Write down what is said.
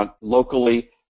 locally